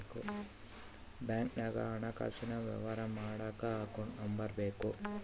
ಬ್ಯಾಂಕ್ನಾಗ ಹಣಕಾಸಿನ ವ್ಯವಹಾರ ಮಾಡಕ ಅಕೌಂಟ್ ನಂಬರ್ ಬೇಕು